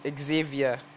Xavier